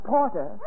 Porter